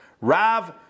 rav